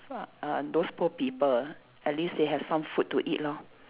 fa~ uh those poor people at least they have some food to eat lor